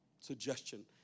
suggestion